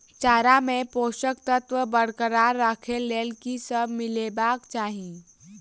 चारा मे पोसक तत्व बरकरार राखै लेल की सब मिलेबाक चाहि?